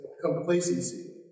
complacency